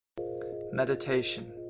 Meditation